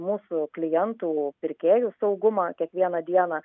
mūsų klientų pirkėjų saugumą kiekvieną dieną